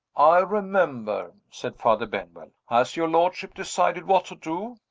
i remember, said father benwell. has your lordship decided what to do?